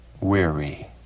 weary